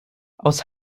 aus